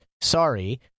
Sorry